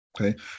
Okay